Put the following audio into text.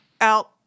out